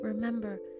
Remember